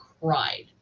cried